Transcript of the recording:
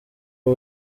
ubu